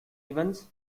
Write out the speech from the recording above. events